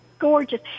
gorgeous